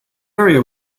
area